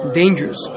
dangers